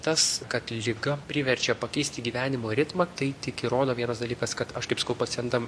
tas kad liga priverčia pakeisti gyvenimo ritmą tai tik įrodo vienas dalykas kad aš kaip sakau pacientam